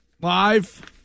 live